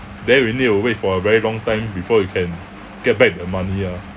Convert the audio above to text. then we need to wait for a very long time before you can get back the money ah